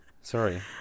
Sorry